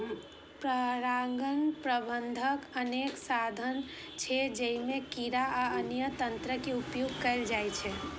परागण प्रबंधनक अनेक साधन छै, जइमे कीड़ा आ अन्य तंत्र के उपयोग कैल जाइ छै